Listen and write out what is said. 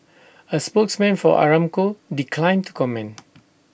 A spokesman for Aramco declined to comment